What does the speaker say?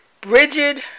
Bridget